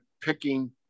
picking